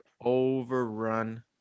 overrun